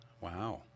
Wow